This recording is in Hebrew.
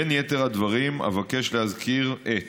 בין יתר הדברים אבקש להזכיר את